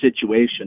situation